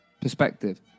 perspective